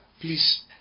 Please